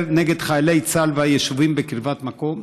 נגד חיילי צה"ל והיישובים בקרבת מקום,